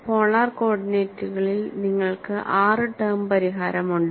polar കോർഡിനേറ്റുകളിൽ നിങ്ങൾക്ക് ആറ് ടേം പരിഹാരമുണ്ട്